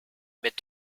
met